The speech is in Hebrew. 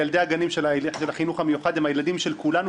ילדי הגנים של החינוך המיוחד הם הילדים של כולנו,